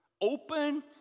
open